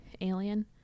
Alien